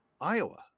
Iowa